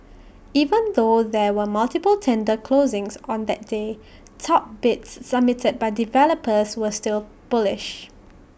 even though there were multiple tender closings on that day top bids submitted by developers were still bullish